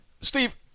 Steve